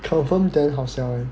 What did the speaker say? confirm damn 好笑 [one]